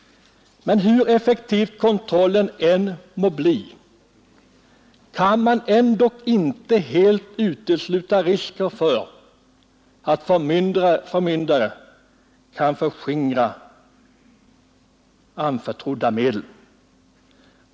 Men hur effektiv kontrollen än må bli kan man inte helt utesluta risken för att förmyndare kan förskingra anförtrodda medel.